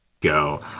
go